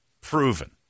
proven